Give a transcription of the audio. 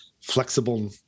flexible